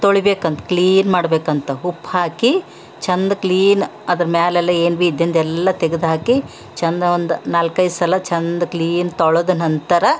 ತೊಳೀಬೇಕಂತ clean ಮಾಡಬೇಕಂತ ಉಪ್ಪು ಹಾಕಿ ಚೆಂದ ಕ್ಲೀನ್ ಅದರ ಮೇಲೆಲ್ಲ ಎಲ್ಲಿ ಭೀ ಇದ್ದದ್ದು ಎಲ್ಲ ತೆಗೆದಾಕಿ ಚೆಂದ ಒಂದು ನಾಲ್ಕೈದು ಸಲ ಚೆಂದ ಕ್ಲೀನ್ ತೊಳೆದ ನಂತರ